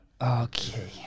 Okay